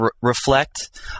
reflect